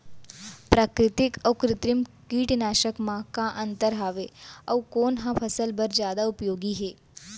प्राकृतिक अऊ कृत्रिम कीटनाशक मा का अन्तर हावे अऊ कोन ह फसल बर जादा उपयोगी हे?